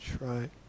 right